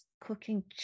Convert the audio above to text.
cooking